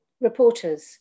reporters